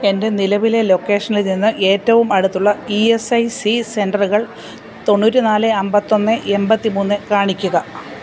എൻ്റെ നിലവിലെ ലൊക്കേഷനിൽ നിന്ന് ഏറ്റവും അടുത്തുള്ള ഇ എസ് ഐ സി സെൻറ്ററുകൾ തൊണ്ണൂറ്റി നാല് അൻപത്തൊന്ന് എൺപത്തി മൂന്ന് കാണിക്കുക